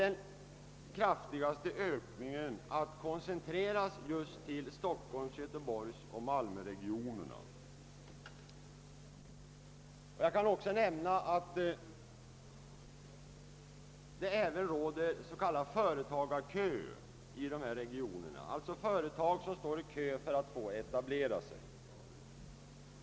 Den kraftigaste ökningen koncentreras emellertid just till-stockholms-; göteborgsoch malmöregionerna. : Jag kan också nämna att det även finns en s.k. företagarkö i dessa regioner. Företag står alltså i kö för att få etablera sig där.